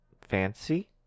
fancy